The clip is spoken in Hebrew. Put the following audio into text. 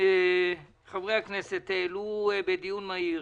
חברי הכנסת העלו בדיון מהיר,